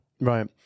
Right